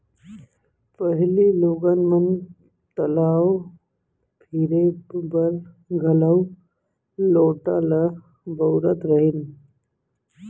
पहिली लोगन मन तलाव फिरे बर घलौ लोटा ल बउरत रहिन